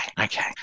okay